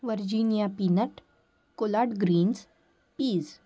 virginia peanut collard greens peas